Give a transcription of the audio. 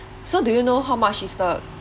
so do you know how much is the